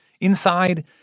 Inside